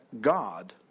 God